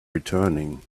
returning